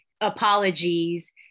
apologies